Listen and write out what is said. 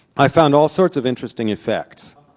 i found all sorts of interesting effects.